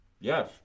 Yes